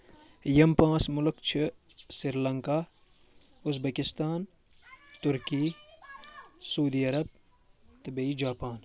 یِم پانٛژھ مُلک چھِ سری لنکا اُزبیکِستان تُرکی سعوٗدی عرب عرب تہٕ بیٚیہِ جاپان